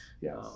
yes